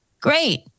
great